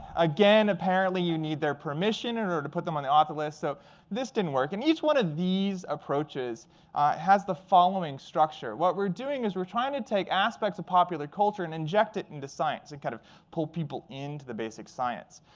again, apparently, you need their permission in order to put them on the author list. so this didn't work. and each one of these approaches has the following structure. what we're doing is we're trying to take aspects of popular culture and inject it and into science to and kind of pull people into the basic science.